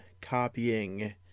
copying